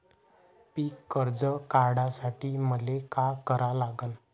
पिक कर्ज काढासाठी मले का करा लागन?